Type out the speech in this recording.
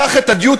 קח את הדיוטי-פרי.